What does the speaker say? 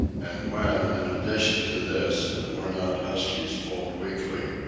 and when, in addition to this, the worn-out huskies pulled weakly,